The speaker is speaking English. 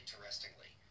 Interestingly